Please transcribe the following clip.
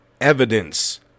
evidence